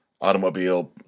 Automobile